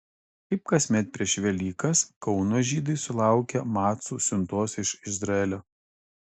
kaip kasmet prieš velykas kauno žydai sulaukė macų siuntos iš izraelio